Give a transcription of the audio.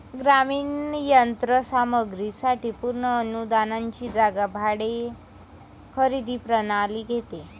ग्रामीण यंत्र सामग्री साठी पूर्ण अनुदानाची जागा भाडे खरेदी प्रणाली घेते